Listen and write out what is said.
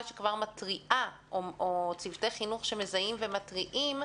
שכבר מתריעה או צוותי חינוך שמזהים ומתריעים,